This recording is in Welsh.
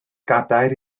gadair